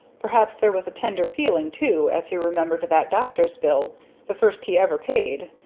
perhaps there was a tender feeling too, as he remembered that doctor's bill the first he ever paid,